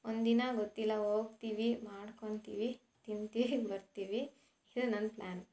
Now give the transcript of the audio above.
ಒಂದು ದಿನ ಗೊತ್ತಿಲ್ಲ ಹೋಗ್ತೀವಿ ಮಾಡ್ಕೊಳ್ತೀವಿ ತಿಂತೀವಿ ಬರ್ತೀವಿ ಇದು ನನ್ನ ಪ್ಲ್ಯಾನ್